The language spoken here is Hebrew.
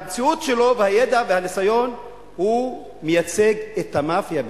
במציאות שלו והידע והניסיון הוא מייצג את המאפיה בישראל.